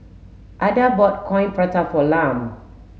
Adda bought coin prata for Lum